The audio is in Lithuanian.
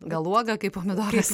gal uoga kaip pomidoras